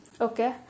Okay